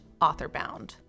authorbound